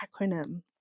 acronym